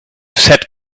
set